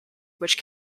which